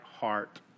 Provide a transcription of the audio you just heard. heart